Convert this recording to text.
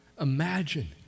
imagine